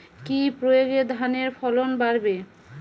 কি প্রয়গে ধানের ফলন বাড়বে?